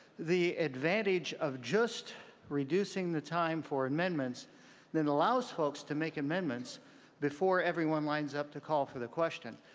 the advantage of just reducing the time for amendments then allows folks to make amendments before everyone lines up to call for the question